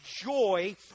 joy